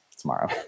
tomorrow